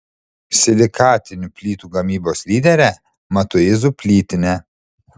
silikatinių plytų gamybos lyderė matuizų plytinė